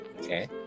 Okay